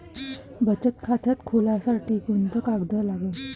बचत खात खोलासाठी कोंते कागद लागन?